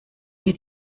ihr